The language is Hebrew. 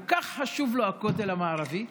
כל כך חשוב לו הכותל המערבי,